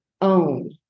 own